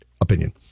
opinion